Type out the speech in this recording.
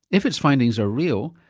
if its findings are real,